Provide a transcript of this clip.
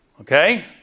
okay